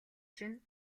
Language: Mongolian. чинь